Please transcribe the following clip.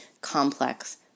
complex